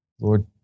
Lord